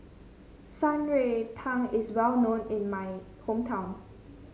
Shan Rui Tang is well known in my hometown